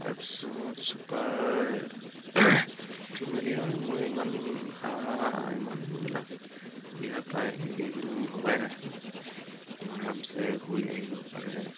তাৰপিছত ছুপাৰ ইমানবিলাক সুবিধা পায় মই ভবাই নাছিলোঁ মোৰ আৰামছে শুই আহিব পাৰে